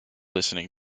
listening